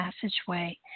passageway